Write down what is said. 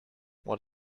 what